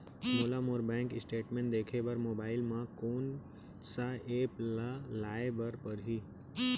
मोला मोर bank statement देखे बर मोबाइल मा कोन सा एप ला लाए बर परही?